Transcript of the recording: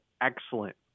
excellent